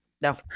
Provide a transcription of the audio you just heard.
No